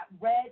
red